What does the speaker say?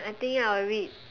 I think I will read